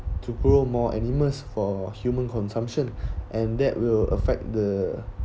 to grow more animals for human consumption and that will affect the